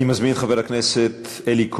אני מזמין את חבר הכנסת אלי כהן,